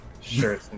Sure